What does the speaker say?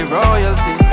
royalty